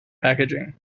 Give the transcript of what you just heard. packaging